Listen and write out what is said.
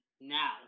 now